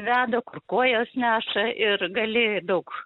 veda kur kojos neša ir gali daug